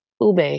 Ube